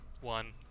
one